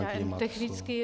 Já jen technicky.